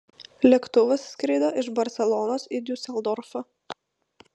lėktuvas skrido iš barselonos į diuseldorfą